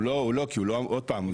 הוא לא כי עוד פעם,